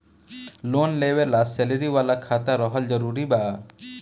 Loan लेवे ला salary वाला खाता रहल जरूरी बा?